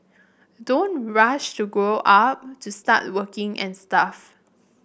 don't rush to grow up to start working and stuff